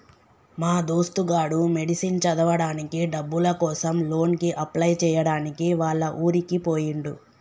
మా దోస్తు గాడు మెడిసిన్ చదవడానికి డబ్బుల కోసం లోన్ కి అప్లై చేయడానికి వాళ్ల ఊరికి పోయిండు